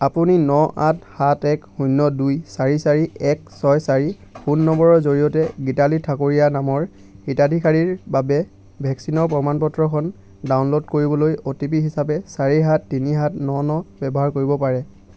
আপুনি ন আঠ সাত এক শূন্য দুই চাৰি চাৰি এক ছয় চাৰি ফোন নম্বৰৰ জৰিয়তে গীতালি ঠাকুৰীয়া নামৰ হিতাধিকাৰীৰ বাবে ভেকচিনৰ প্ৰমাণ পত্ৰখন ডাউনলোড কৰিবলৈ অ'টিপি হিচাপে চাৰি সাত তিনি সাত ন ন ব্যৱহাৰ কৰিব পাৰে